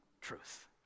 truth